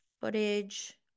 Footage